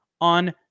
on